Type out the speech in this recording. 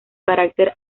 carácter